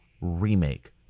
remake